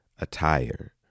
attire